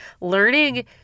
learning